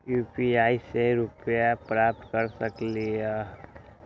UPI से रुपए प्राप्त कर सकलीहल?